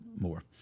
more